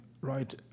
Right